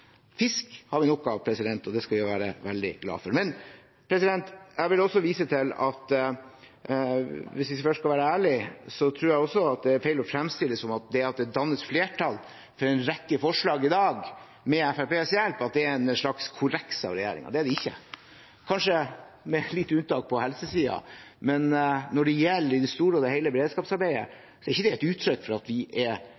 Fisk har vi nok av, og det skal vi være veldig glade for. Jeg vil også vise til at hvis vi først skal være ærlige, er det feil å fremstille det som en slags korreks av regjeringen at det med Fremskrittspartiets hjelp i dag dannes flertall for en rekke forslag. Det er det ikke, kanskje med et lite unntak på helsesiden. Når det gjelder beredskapsarbeidet i det store og hele, er det ikke